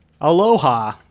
Aloha